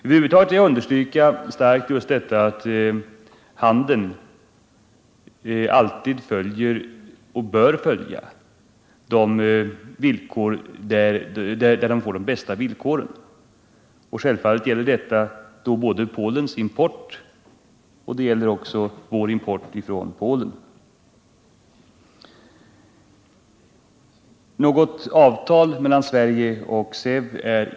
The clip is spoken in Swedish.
Över huvud taget vill jag starkt understryka att handeln alltid följer och även bör följa de ekonomiskt bästa villkoren. Självfallet gäller detta då både Polens import och vår import från Polen.